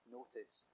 Notice